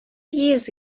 years